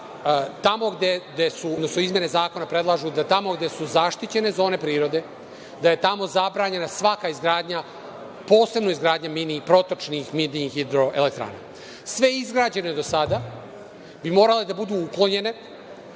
da, ove izmene zakona u stvari predlažu da tamo gde su zaštićene zone prirode, da je tamo zabranjena svaka izgradnja, posebno izgradnja protočnih mini hidroelektrana. Sve izgrađene do sada bi morale da budu uklonjene,